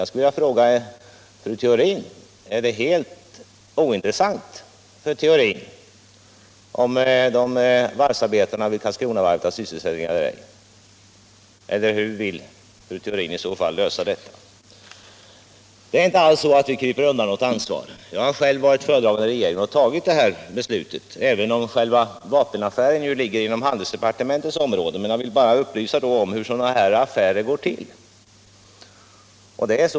Jag skulle vilja fråga fru Theorin: Är det helt ointressant för fru Theorin om varvsarbetarna vid Karlskronavarvet har sysselsättning eller ej? Har fru Theorin något annat förslag om hur vi skall lösa detta? Det är inte alls så att vi kryper undan vårt ansvar. Jag har själv varit föredragande i regeringen och tagit det här beslutet, även om själva vapenaffären ligger inom handelsdepartementets område. Jag vill bara upplysa om hur sådana här frågor handläggs.